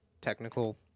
technical